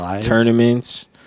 tournaments